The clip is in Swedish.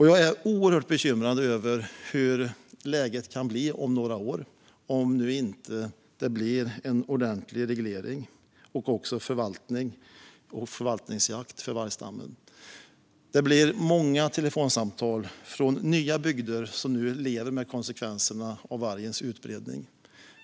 Jag är oerhört bekymrad över hur läget kan se ut om några år om det inte blir en ordentlig reglering och förvaltning av samt förvaltningsjakt på vargstammen. Det blir många telefonsamtal från nya bygder som lever med konsekvenserna av vargens utbredning.